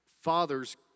father's